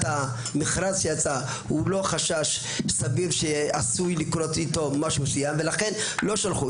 המכרז שיצא הוא לא חשש סביר שעשוי לקרות איתו משהו מסוים ולכן לא שלחו.